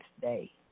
Day